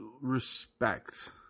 respect